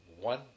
one